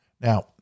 Now